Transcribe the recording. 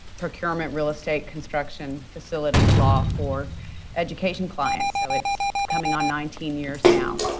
procurement real estate construction facilities law for education clients, so, it's coming on nineteen years now.